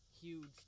huge